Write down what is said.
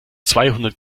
zweihundert